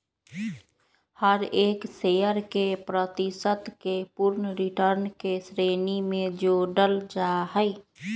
हर एक शेयर के प्रतिशत के पूर्ण रिटर्न के श्रेणी में जोडल जाहई